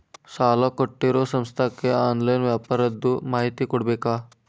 ಸಾಲಾ ಕೊಟ್ಟಿರೋ ಸಂಸ್ಥಾಕ್ಕೆ ಆನ್ಲೈನ್ ವ್ಯವಹಾರದ್ದು ಮಾಹಿತಿ ಕೊಡಬೇಕಾ?